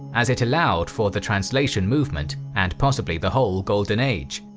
as it allowed for the translation movement, and possibly the whole golden age.